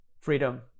freedom